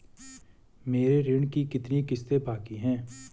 मेरे ऋण की कितनी किश्तें बाकी हैं?